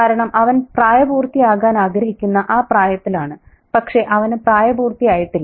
കാരണം അവൻ പ്രായപൂർത്തിയാകാൻ ആഗ്രഹിക്കുന്ന ആ പ്രായത്തിലാണ് പക്ഷേ അവന് പ്രായപൂർത്തിയായിട്ടില്ല